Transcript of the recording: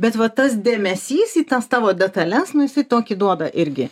bet va tas dėmesys į tas tavo detales nu jisai tokį duoda irgi